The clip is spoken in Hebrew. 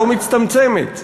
לא מצטמצמת.